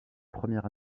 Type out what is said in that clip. première